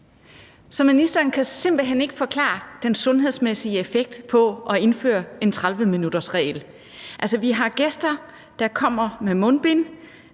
ministeren kan simpelt hen ikke forklare den sundhedsmæssige effekt af at indføre en 30-minuttersregel. Altså, vi har gæster, der kommer med mundbind,